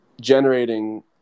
generating